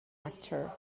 actor